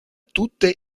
tutte